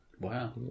Wow